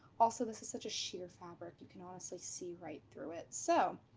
also this is such a sheer fabric you can honestly see right through it. so,